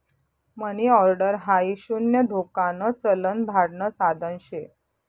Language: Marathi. मनी ऑर्डर हाई शून्य धोकान चलन धाडण साधन शे